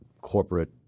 corporate